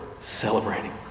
celebrating